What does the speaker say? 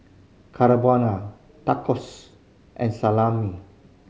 Carbonara Tacos and Salami